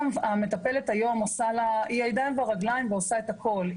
המטפלת היום היא בעצם הידיים והרגליים שלה והיא עושה הכל,